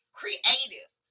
creative